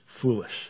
foolish